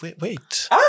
Wait